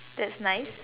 that's nice